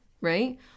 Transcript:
right